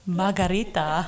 margarita